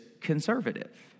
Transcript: conservative